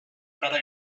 better